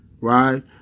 right